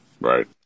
Right